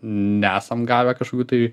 nesam gavę kažkokių tai